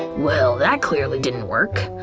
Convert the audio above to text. well, that clearly didn't work.